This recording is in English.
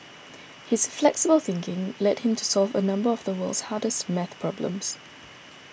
his flexible thinking led him to solve a number of the world's hardest maths problems